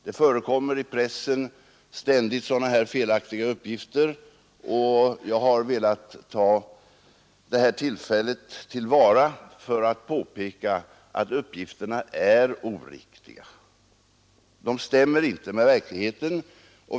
Det förekommer i pressen ständigt sådana felaktiga uppgifter, och jag har velat ta det här tillfället till vara för att påpeka att uppgifterna är oriktiga — de stämmer inte med verkligheten.